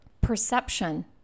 perception